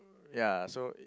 ya so